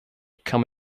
come